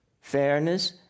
fairness